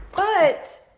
but.